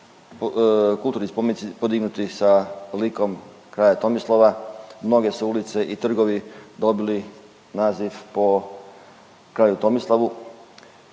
kulturni spomenici podignuti sa likom kralja Tomislava, mnoge su ulice i trgovi dobili naziv po kralju Tomislavu.